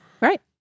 Right